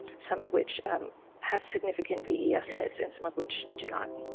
some of which have significant ve estimates and some of which do not.